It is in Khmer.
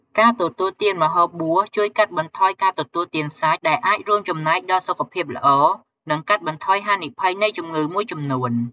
ការទទួលទានម្ហូបបួសជួយកាត់បន្ថយការទទួលទានសាច់ ដែលអាចរួមចំណែកដល់សុខភាពល្អ និងកាត់បន្ថយហានិភ័យនៃជំងឺមួយចំនួន។